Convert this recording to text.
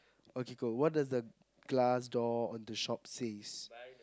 okay go what does the glass door of the shop says